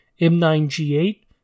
M9G8